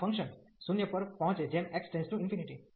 અને આ function function 0 પર પહોંચે જેમ x →∞